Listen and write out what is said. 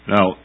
Now